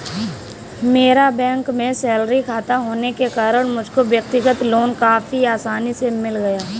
मेरा बैंक में सैलरी खाता होने के कारण मुझको व्यक्तिगत लोन काफी आसानी से मिल गया